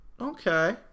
Okay